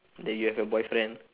that you have a boyfriend